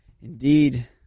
indeed